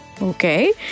Okay